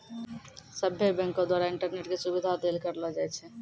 सभ्भे बैंको द्वारा इंटरनेट के सुविधा देल करलो जाय छै